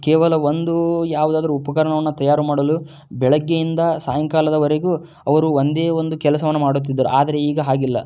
ಕೇವಲ ಒಂದೂ ಯಾವುದಾದ್ರು ಉಪಕರಣವನ್ನು ತಯಾರು ಮಾಡಲು ಬೆಳಗ್ಗೆಯಿಂದ ಸಾಯಂಕಾಲದವರೆಗೂ ಅವರು ಒಂದೇ ಒಂದು ಕೆಲಸವನ್ನು ಮಾಡುತ್ತಿದ್ದರು ಆದರೆ ಈಗ ಹಾಗಿಲ್ಲ